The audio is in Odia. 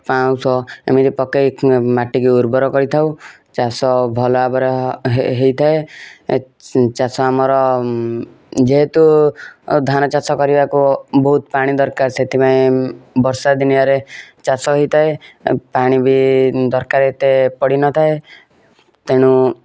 ପାଉଁଶ ଏମିତି ପକାଇ ମାଟିକୁ ଉର୍ବର କରିଥାଉ ଚାଷ ଭଲ ଭାବରେ ହେଇଥାଏ ଚାଷ ଆମର ଯେହେତୁ ଧାନ ଚାଷ କରିବାକୁ ବହୁତ ପାଣି ଦରକାର ସେଥିପାଇଁ ବର୍ଷା ଦିନିଆ ରେ ଚାଷ ହେଇଥାଏ ପାଣି ବି ଦରକାର ଏତେ ପଡ଼ିନଥାଏ ତେଣୁ